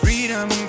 Freedom